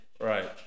Right